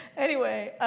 anyway,